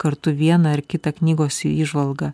kartu vieną ar kitą knygos įžvalgą